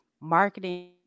marketing